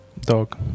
Dog